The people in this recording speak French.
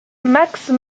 max